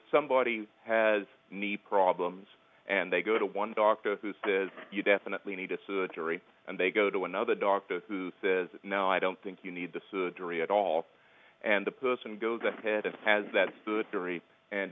somebody has knee problems and they go to one doctor who says you definitely need a surgery and they go to another doctor who says no i don't think you need the surgery at all and the person goes ahead and has that